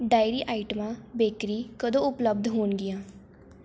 diary ਆਈਟਮਾਂ bakery ਕਦੋਂ ਉਪਲਬਧ ਹੋਣਗੀਆਂ